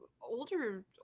older